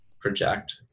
project